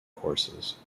courses